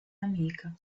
amica